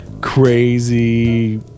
crazy